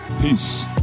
peace